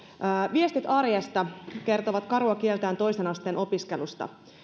viestit arjesta kertovat karua kieltään toisen asteen opiskelusta